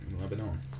Lebanon